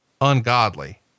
ungodly